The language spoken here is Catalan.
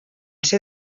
ser